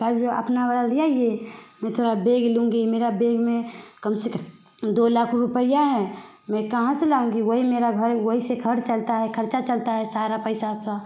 कल अपना वाला ले आइए मैं थोड़ा देख लूँगी मेरे बैग में कम से कम दो लाख रुपये है मैं कहाँ से लाऊँगी वही मेरा घर है वही से ख़र्च चलता है ख़र्चा चलता है सारा पैसा का